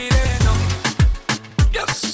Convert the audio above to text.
Yes